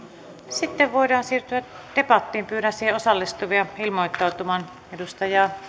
sitten voidaan siirtyä debattiin pyydän siihen osallistuvia ilmoittautumaan edustaja